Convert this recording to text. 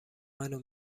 منو